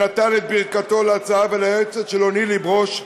שנתן את ברכתו להצעה, וליועצת שלו נילי ברוש,